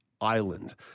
Island